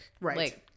right